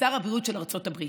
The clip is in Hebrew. לשר הבריאות של ארצות הברית.